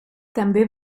també